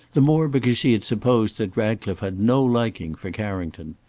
the more because she had supposed that ratcliffe had no liking for carrington.